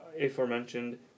aforementioned